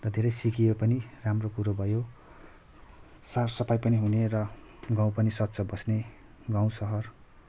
त धेरै सिकियो पनि राम्रो कुरो भयो साफसफाई पनि हुने र गाउँ पनि स्वच्छ बस्ने गाउँ शहर